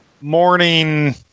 morning